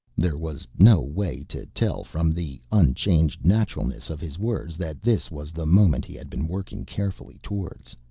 there was no way to tell from the unchanged naturalness of his words that this was the moment he had been working carefully towards.